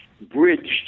bridged